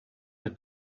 had